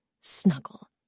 Snuggle